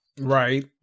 Right